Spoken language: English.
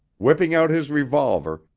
whipping out his revolver,